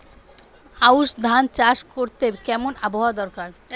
আউশ ধান চাষ করতে কেমন আবহাওয়া দরকার?